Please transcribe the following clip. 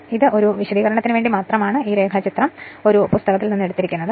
അതിനാൽ ഇത് ഒരു വിശദീകരണത്തിന് വേണ്ടി മാത്രമാണ് ഞാൻ ഈ രേഖാചിത്രം ഒരു പുസ്തകത്തിൽ നിന്ന് എടുത്തത്